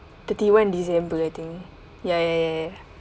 thirty one december I think ya ya ya ya